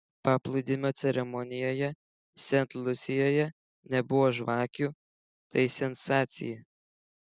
paplūdimio ceremonijoje sent lusijoje nebuvo žvakių tai sensacija